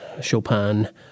Chopin